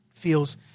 feels